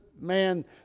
man